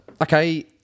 okay